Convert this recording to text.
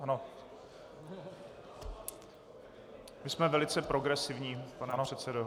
My jsme velice progresivní, pane předsedo.